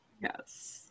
Yes